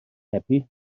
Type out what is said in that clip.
happy